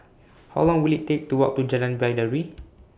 How Long Will IT Take to Walk to Jalan Baiduri